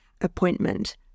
appointment